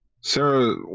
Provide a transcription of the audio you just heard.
Sarah